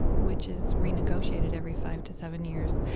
which is renegotiated every five to seven years